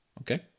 Okay